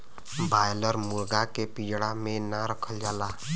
broiler मुरगा के पिजड़ा में ना रखल जाला